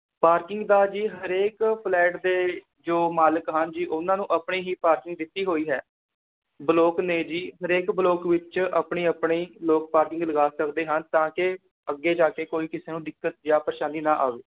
parking ਦਾ ਜੀ ਹਰੇਕ ਫਲੈਟ ਦੇ ਜੋ ਮਾਲਕ ਹਨ ਜੀ ਉਹਨਾਂ ਨੂੰ ਆਪਣੀ ਹੀ ਪਾਰਕਿੰਗ ਦਿੱਤੀ ਹੋਈ ਹੈ ਬਲੋਕ ਨੇ ਜੀ ਹਰੇਕ ਬਲੋਕ ਵਿੱਚ ਆਪਣੀ ਆਪਣੀ ਲੋਕ ਪਾਰਕਿੰਗ ਲਗਾ ਸਕਦੇ ਹਨ ਤਾਂ ਕਿ ਅੱਗੇ ਜਾ ਕੇ ਕੋਈ ਕਿਸੇ ਨੂੰ ਦਿੱਕਤ ਜਾਂ ਪਰੇਸ਼ਾਨੀ ਨਾ ਆਵੇ